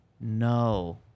no